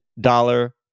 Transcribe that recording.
dollar